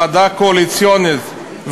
ועדה קואליציונית,